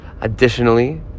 additionally